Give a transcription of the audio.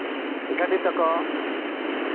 ᱜᱟᱹᱰᱤ ᱛᱮᱠᱚ